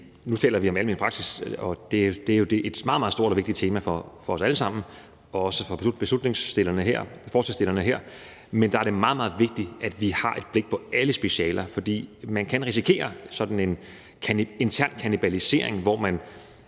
nu taler vi om almen praksis, og det er jo et meget, meget stort og vigtigt tema for os alle sammen og også for forslagsstillerne her, men det er også bare meget, meget vigtigt, at vi har et blik på alle specialer. For man kan risikere sådan en intern kannibalisering, hvor man